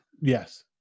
Yes